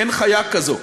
אין חיה כזאת.